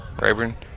Rayburn